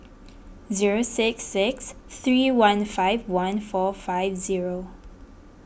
zero six six three one five one four five zero